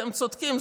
אתם צודקים,